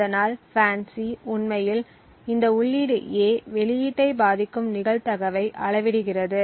அதனால் FANCI உண்மையில் இந்த உள்ளீடு A வெளியீட்டை பாதிக்கும் நிகழ்தகவை அளவிடுகிறது